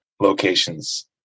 locations